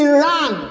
Iran